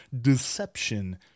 deception